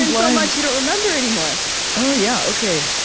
and so much, you don't remember anymore oh, yeah, okay.